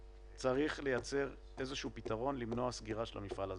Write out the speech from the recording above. צריך לייצר איזשהו פתרון למנוע את הסגירה של המפעל הזה.